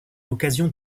l’occasion